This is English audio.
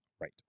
right